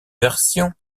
version